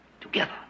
together